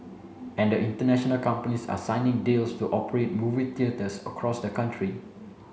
and the international companies are signing deals to operate movie theatres across the country